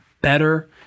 better